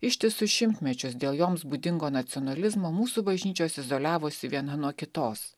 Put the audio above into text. ištisus šimtmečius dėl joms būdingo nacionalizmo mūsų bažnyčios izoliavosi viena nuo kitos